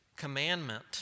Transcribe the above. commandment